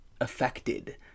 affected